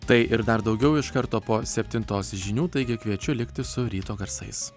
tai ir dar daugiau iš karto po septintos žinių taigi kviečiu likti su ryto garsais